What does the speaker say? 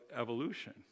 evolution